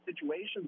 situations